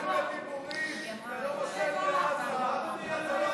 באנו למשול,